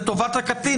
לטובת הקטין,